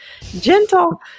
gentle